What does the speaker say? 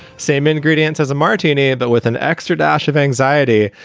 same ingredients as a martini, but with an extra dash of anxiety.